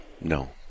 No